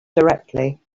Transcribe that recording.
directly